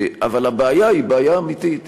אבל הבעיה היא בעיה אמיתית,